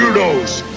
those